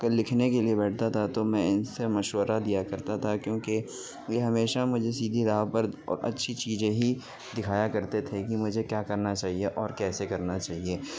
لکھنے کے لیے بیٹھتا تھا تو میں ان سے مشورہ لیا کرتا تھا کیونکہ یہ ہمیشہ مجھے سیدھی راہ پر او اچھی چیزیں ہی دکھایا کرتے تھے کہ مجھے کیا کرنا چاہیے اور کیسے کرنا چاہیے